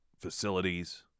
facilities